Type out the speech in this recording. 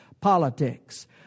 politics